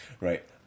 right